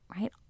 right